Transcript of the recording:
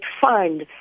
find